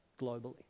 globally